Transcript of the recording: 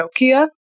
Nokia